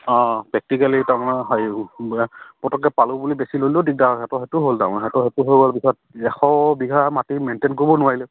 অঁ প্ৰেকটিকেলি তাৰমানে হৰি পটককে পালোঁ বুলি বেছি ললেও দিগদাৰ সিহঁতৰ সেইটো হ'ল সেইটো হ'ল পিছত এশ বিঘা মাটি মেইনটেইন কৰিব নোৱাৰিলে